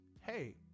hey